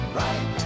right